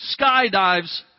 skydives